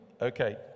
okay